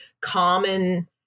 common